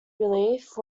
relief